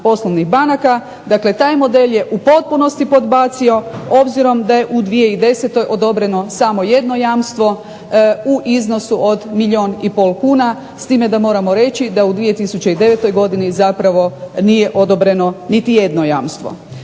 poslovnih banaka dakle taj model je u potpunosti podbacio obzirom da je u 2010. odobreno samo jedno jamstvo u iznosu od milijun i pol kuna. S time da moramo reći da je u 2009. godini zapravo nije odobreno niti jedno jamstvo.